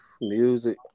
Music